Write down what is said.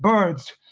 birds,